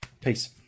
peace